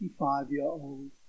55-year-old